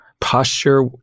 posture